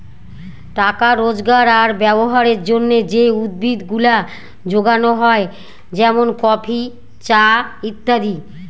টাকা রোজগার আর ব্যবহারের জন্যে যে উদ্ভিদ গুলা যোগানো হয় যেমন কফি, চা ইত্যাদি